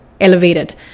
elevated